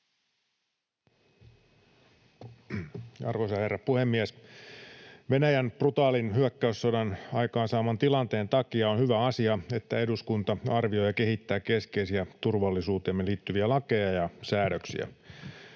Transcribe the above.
Arvoisa herra puhemies! Venäjän brutaalin hyökkäyssodan aikaansaaman tilanteen takia on hyvä asia, että eduskunta arvioi ja kehittää keskeisiä turvallisuuteemme liittyviä lakeja ja säädöksiä.